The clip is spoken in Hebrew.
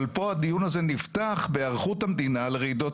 אבל פה הדיון הזה נפתח בהיערכות המדינה לרעידות